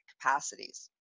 capacities